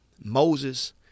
Moses